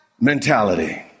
mentality